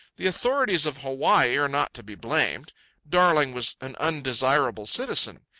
the authorities of hawaii are not to be blamed. darling was an undesirable citizen.